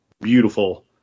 beautiful